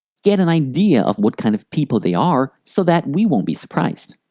get an idea of what kind of people they are, so that we won't be surprised.